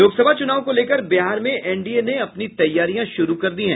लोकसभा चुनाव को लेकर बिहार में एनडीए ने अपनी तैयारियां शुरू कर दी है